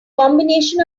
combination